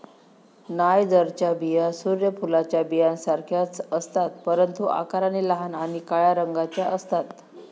नायजरच्या बिया सूर्य फुलाच्या बियांसारख्याच असतात, परंतु आकाराने लहान आणि काळ्या रंगाच्या असतात